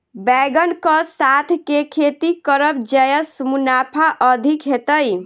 बैंगन कऽ साथ केँ खेती करब जयसँ मुनाफा अधिक हेतइ?